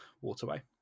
waterway